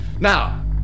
Now